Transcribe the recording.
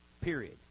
period